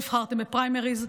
נבחרתם בפריימריז,